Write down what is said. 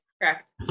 correct